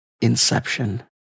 Inception